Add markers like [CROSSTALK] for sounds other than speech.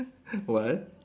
[LAUGHS] why